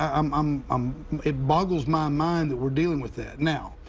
ah um um um it boggles my mind that we are dealing with that. now,